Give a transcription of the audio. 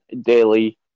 daily